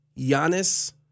Giannis